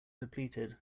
depleted